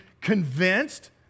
convinced